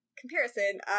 comparison